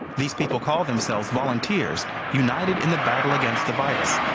these people call themselves volunteers united in the battle against the virus.